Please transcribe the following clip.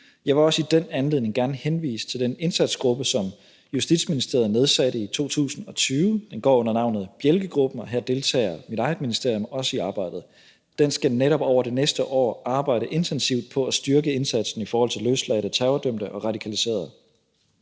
Jeg vil også i den anledning gerne henvise til den indsatsgruppe, som Justitsministeriet nedsatte i 2020. Den går under navnet Bjelkegruppen, og her deltager mit eget ministerium også i arbejdet. Den skal netop over det næste år arbejde intensivt på at styrke indsatsen i forhold til løsladte terrordømte og radikaliserede.